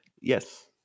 Yes